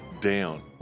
Down